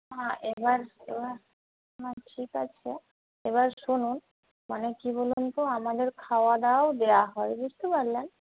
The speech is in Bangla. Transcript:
হ্যাঁ এবার এবার না ঠিক আছে এবার শুনুন মানে কী বলুন তো আমাদের খাওয়া দাওয়াও দেওয়া হয় বুঝতে পারলেন